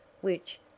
which